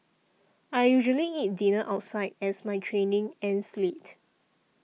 I usually eat dinner outside as my training ends late